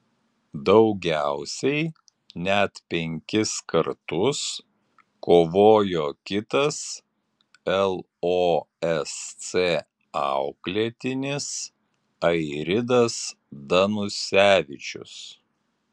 daugiausiai net penkis kartus kovojo kitas losc auklėtinis airidas danusevičius